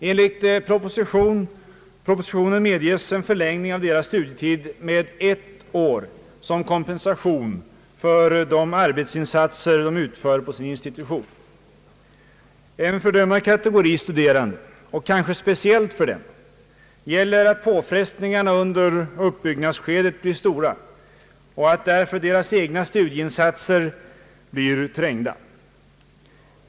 Enligt propositionen medges en förlängning av deras studietid med ett år som kompensation för de arbetsinsatser de utför på sin institution. För denna kategori studerande, och kanske speciellt för den, blir påfrestningarna under uppbyggnadsskedet stora, och därför blir deras egna studieinsatser trängda.